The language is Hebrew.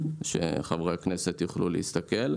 שחברי הכנסת יוכלו להסתכל.